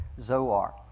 Zoar